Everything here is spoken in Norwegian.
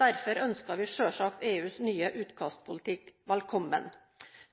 Derfor ønsker vi selvsagt EUs nye utkastpolitikk velkommen.